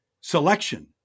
selection